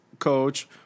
Coach